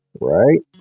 right